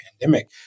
pandemic